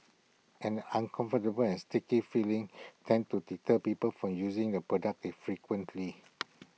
an uncomfortable and sticky feeling tends to deter people from using the product frequently